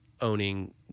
owning